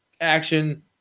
action